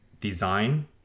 design